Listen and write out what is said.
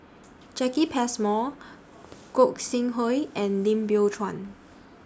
Jacki Passmore Gog Sing Hooi and Lim Biow Chuan